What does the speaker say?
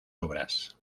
obras